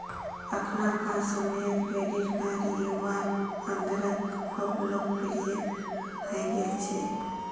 अखनाकार समयेत credit card युवार अंदरत खूब लोकप्रिये हई गेल छेक